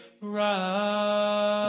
right